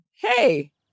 Hey